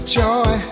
joy